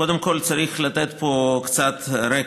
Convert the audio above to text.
קודם כול צריך לתת פה קצת רקע: